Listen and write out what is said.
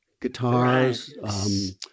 guitars